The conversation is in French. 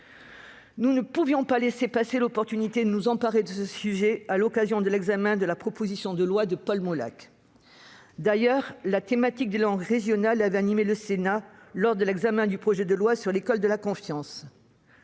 Nous ne pouvions pas laisser passer l'occasion de nous emparer de ce sujet à l'occasion de l'examen de la proposition de loi de Paul Molac. D'ailleurs, la thématique des langues régionales avait animé le Sénat lors de l'examen du projet de loi pour une école de la confiance.